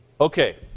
Okay